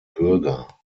bürger